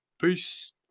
Peace